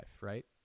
right